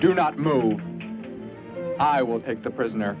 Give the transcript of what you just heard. do not move i will take the prisoner